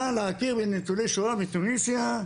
נא להכיר בניצולי שואה מתוניסיה,